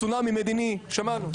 צונאמי מדיני, שמענו.